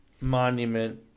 Monument